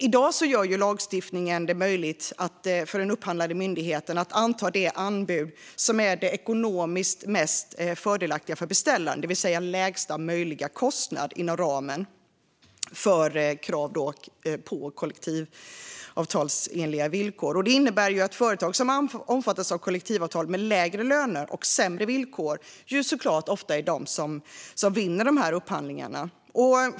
I dag gör lagstiftningen det möjligt för den upphandlande myndigheten att anta det anbud som är det ekonomiskt mest fördelaktiga för beställaren, det vill säga lägsta möjliga kostnad inom ramen för kollektivavtalsenliga villkor. Det innebär att företag som omfattas av kollektivavtal med lägre löner och sämre villkor såklart ofta vinner upphandlingar.